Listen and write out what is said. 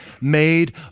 made